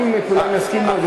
אם כולם יסכימו אז,